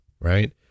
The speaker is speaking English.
right